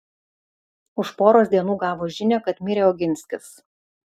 už poros dienų gavo žinią kad mirė oginskis